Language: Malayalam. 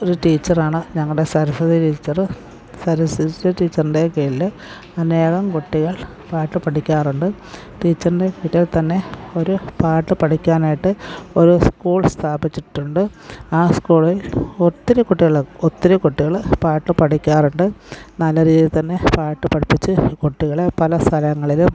ഒരു ടീച്ചറാണ് ഞങ്ങളുടെ സരസ്വതി ടീച്ചറ് സരസ്വതി ടീച്ചറിൻ്റെ കീഴിൽ അനേകം കുട്ടികൾ പാട്ടു പഠിക്കാറുണ്ട് ടീച്ചറിൻ്റെ വീട്ടിൽ തന്നെ ഒരു പാട്ടു പഠിക്കാനായിട്ട് ഒരു സ്കൂൾ സ്ഥാപിച്ചിട്ടുണ്ട് ആ സ്കൂളിൽ ഒത്തിരി കുട്ടികൾ ഒത്തിരി കുട്ടികൾ പാട്ടു പഠിക്കാറുണ്ട് നല്ല രീതിയിൽ തന്നെ പാട്ടു പഠിപ്പിച്ച് ഈ കുട്ടികളെ പലസ്ഥലങ്ങളിലും